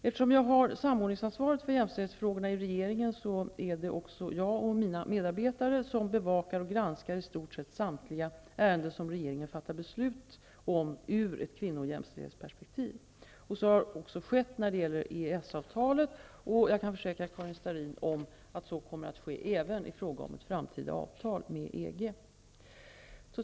Eftersom jag har samordningsansvaret för jämställdhetsfrågorna i regeringen är det också jag och mina medarbetare som bevakar och granskar i stort sett samtliga ärenden som regeringen nu fattar beslut om ur ett kvinno och jämställdhetsperspektiv. Så har skett också när det gäller EES-avtalet, och jag kan försäkra Karin Starrin om att så kommer att ske även i fråga om ett framtida avtal med EG.